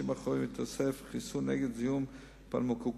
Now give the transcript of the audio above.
הקרובים יתווסף חיסון נגד זיהום פנאומוקוקים.